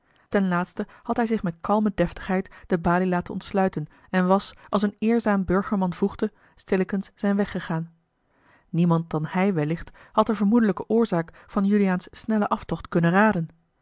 ten laatste had hij zich met kalme deftigheid de balie laten ontsluiten en was als een eerzaam burgerman voegde stillekens zijn weg gegaan niemand dan hij wellicht had de vermoedelijke oorzaak van juliaans snellen aftocht kunnen raden